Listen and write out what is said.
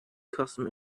custom